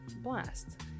blast